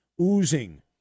oozing